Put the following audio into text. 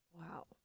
Wow